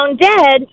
dead